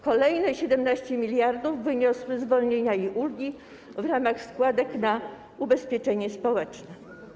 Kolejne 17 mld wyniosły zwolnienia i ulgi w ramach składek na ubezpieczenie społeczne.